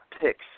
picks